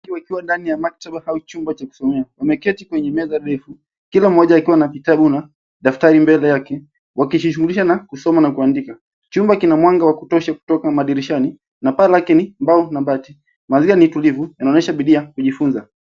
Watu wakiwa ndani ya maktaba au chumba cha kusomea. Wameketi kwenye meza refu, kila mmoja akiwa na kitabu na daftari mbele yake wakijishughulisha na kusoma na kuandika. Chumba kina mwanga wa kutosha kutoka madirishani na paa lake ni mbao na mabati. Paziwa na utulivu yanaonyesha bidii ya kujifunza.